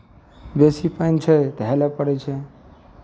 बेसी पानि छै तऽ हेलय पड़ै छै